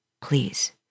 Please